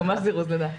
ממש זירוז לידה.